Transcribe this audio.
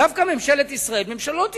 דווקא ממשלת ישראל, ממשלות ישראל,